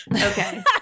okay